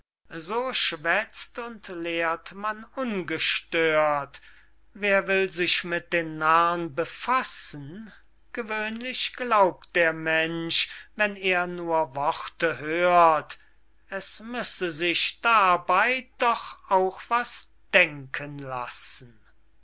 so schwätzt und lehrt man ungestört wer will sich mit den narr'n befassen gewöhnlich glaubt der mensch wenn er nur worte hört es müsse sich dabey doch auch was denken lassen